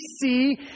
see